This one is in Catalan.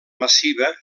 massiva